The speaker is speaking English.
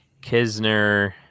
Kisner